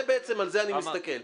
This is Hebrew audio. על זה אני מסתכל.